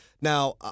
Now